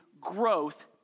growth